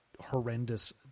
horrendous